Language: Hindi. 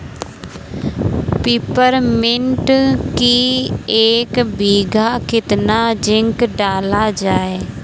पिपरमिंट की एक बीघा कितना जिंक डाला जाए?